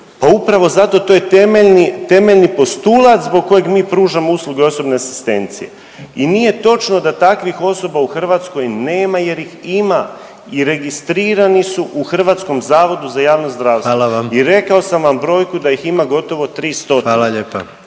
upravo zato. To je temeljni postulat zbog kojeg mi pružamo usluge osobne asistencije. I nije točno da takvih osoba u Hrvatskoj nema, jer ih ima i registrirani su u Hrvatskom zavodu za javno zdravstvo. …/Upadica predsjednik: Hvala vam./…